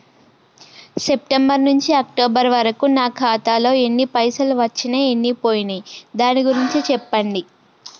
September నుంచి October వరకు నా ఖాతాలో ఎన్ని పైసలు వచ్చినయ్ ఎన్ని పోయినయ్ దాని గురించి చెప్పండి?